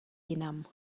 jinam